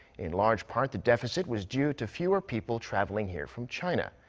in large part, the deficit was due to fewer people traveling here from china.